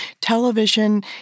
television